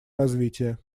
развития